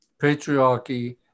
patriarchy